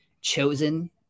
chosen